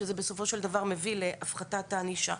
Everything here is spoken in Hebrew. שזה בסופו של דבר מביא להפחתת הענישה.